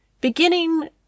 beginning